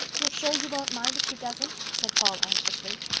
you're sure you won't mind if she doesn't? said paul anxiously.